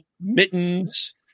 Mittens